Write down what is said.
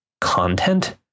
content